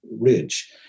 ridge